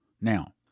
Now